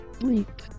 bleep